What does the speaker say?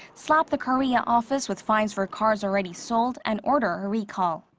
slap the korea office with fines for cars already sold, and order a recall.